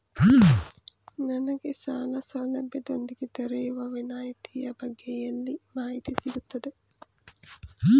ನನಗೆ ಸಾಲ ಸೌಲಭ್ಯದೊಂದಿಗೆ ದೊರೆಯುವ ವಿನಾಯತಿಯ ಬಗ್ಗೆ ಎಲ್ಲಿ ಮಾಹಿತಿ ಸಿಗುತ್ತದೆ?